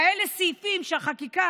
כאלה סעיפים שהחקיקה